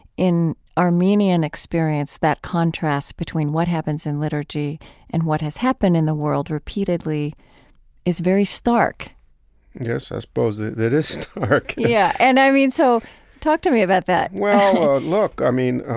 in armenian experience that contrast between what happens in liturgy and what has happened in the world repeatedly is very stark yes, i suppose that that is stark yeah. and i mean, so talk to me about that well, look, i mean,